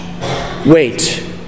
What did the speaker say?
Wait